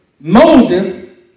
Moses